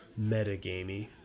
metagamey